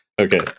Okay